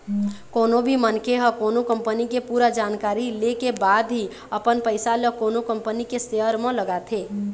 कोनो भी मनखे ह कोनो कंपनी के पूरा जानकारी ले के बाद ही अपन पइसा ल कोनो कंपनी के सेयर म लगाथे